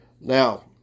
Now